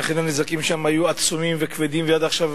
ואכן הנזקים שם היו עצומים וכבדים, ועד עכשיו